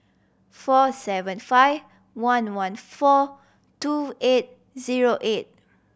four seven five one one four two eight zero eight